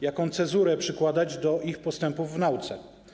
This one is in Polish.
Jaką cezurę przykładać do ich postępów w nauce?